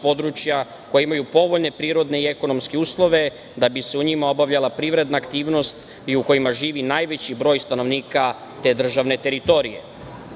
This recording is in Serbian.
koji imaju povoljne prirodne i ekonomske uslove da bi se u njima obavljala privredna aktivnosti i u kojima živi najveći broj stanovnika te državne teritorije.Međutim